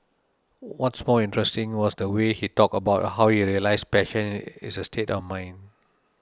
what's more interesting was the way he talked about how he realised passion is a state of mind